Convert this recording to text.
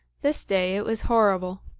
this day it was horrible.